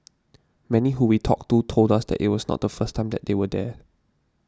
many who we talked to told us that it was not the first time that they were there